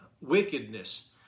wickedness